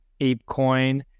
ApeCoin